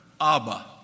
Abba